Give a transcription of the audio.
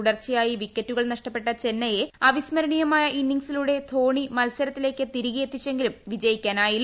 തുടർച്ചയായി വിക്കറ്റുകൾ നഷ്ടപ്പെട്ട ചെന്നൈയെ അവിസ്മരണീയ ഇന്നിങ്സിലൂടെ ധോണി മത്സരത്തിലേക്ക് തിരികെയെത്തിച്ചെങ്കിലും വിജയിക്കാനായില്ല